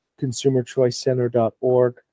consumerchoicecenter.org